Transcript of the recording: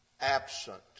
absent